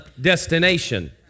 destination